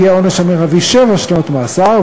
העונש המרבי יהיה שבע שנות מאסר,